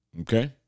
Okay